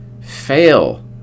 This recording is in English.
fail